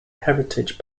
heritage